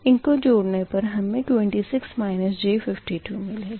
इनको जोड़ने पर हमें 26 j52 मिलेगा